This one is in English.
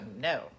no